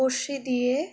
কষি দিয়ে